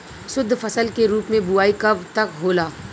शुद्धफसल के रूप में बुआई कब तक होला?